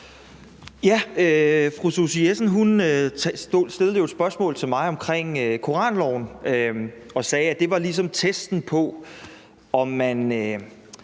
(S): Fru Susie Jessen stillede jo et spørgsmål til mig om koranloven og sagde, at det ligesom var testen på, om man